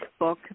Facebook